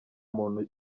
muntu